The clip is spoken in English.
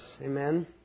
Amen